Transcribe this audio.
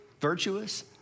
virtuous